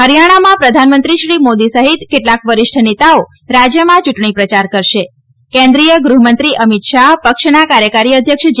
હરિથાણામાં પ્રધાનમંત્રી શ્રી મોદી સહિત કેટલાક વરિષ્ઠ નેતાઓ રાજ્યમાં યૂંટણી પ્રચાર કરશે કેન્દ્રિય ગૃહમંત્રી અમિત શાહ પક્ષના કાર્યકારી અધ્યક્ષ જે